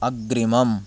अग्रिमम्